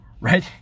right